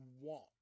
want